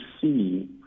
see